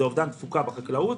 זה אובדן תפוקה בחקלאות.